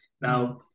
Now